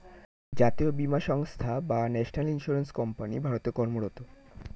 জাতীয় বীমা সংস্থা বা ন্যাশনাল ইন্স্যুরেন্স কোম্পানি ভারতে কর্মরত